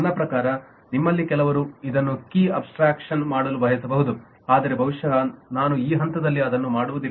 ನನ್ನ ಪ್ರಕಾರ ನಿಮ್ಮಲ್ಲಿ ಕೆಲವರು ಇದನ್ನು ಕೀ ಅಬ್ಸ್ಟ್ರಾಕ್ಷನ್ ಮಾಡಲು ಬಯಸಬಹುದು ಆದರೆ ಬಹುಶಃ ನಾನು ಈ ಹಂತದಲ್ಲಿ ಅದನ್ನು ಮಾಡುವುದಿಲ್ಲ